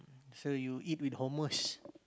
so you eat with homers